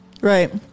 Right